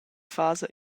fasa